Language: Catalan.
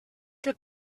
que